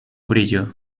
brillo